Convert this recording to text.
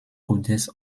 kodex